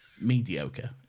mediocre